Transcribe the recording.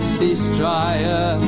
destroyer